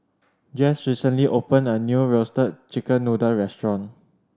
Jess recently opened a new Roasted Chicken Noodle restaurant